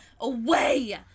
away